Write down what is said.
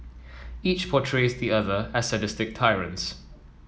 each portrays the other as sadistic tyrants